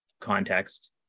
context